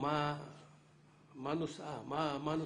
--- מה נושא העתירה?